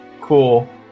Cool